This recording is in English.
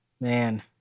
man